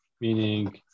meaning